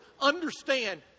Understand